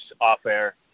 off-air